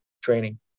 training